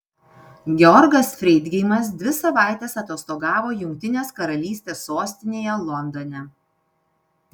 georgas freidgeimas dvi savaites atostogavo jungtinės karalystės sostinėje londone